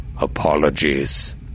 apologies